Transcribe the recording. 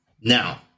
Now